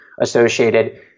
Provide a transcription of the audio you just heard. associated